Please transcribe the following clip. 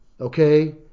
okay